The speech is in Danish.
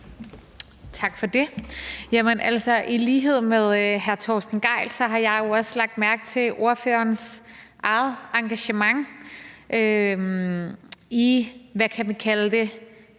Tak for det. I lighed med hr. Torsten Gejl har jeg jo også lagt mærke til ordførerens eget engagement i – hvad kan vi kalde det